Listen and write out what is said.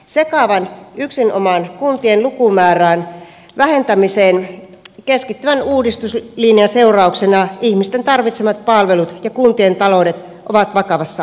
sekavan yksinomaan kuntien lukumäärän vähentämiseen keskittyvän uudistuslinjan seurauksena ihmisten tarvitsemat palvelut ja kuntien taloudet ovat vakavassa vaarassa